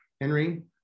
Henry